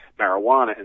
marijuana